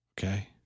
Okay